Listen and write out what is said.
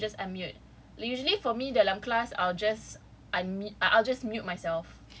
ya then you just unmute usually for me dalam class I'll just unmute I I'll just mute myself